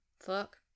Fuck